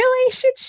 relationship